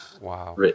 Wow